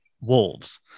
wolves